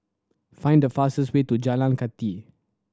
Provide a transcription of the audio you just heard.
find the fastest way to Jalan Kathi